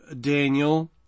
Daniel